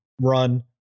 run